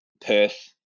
Perth